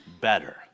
better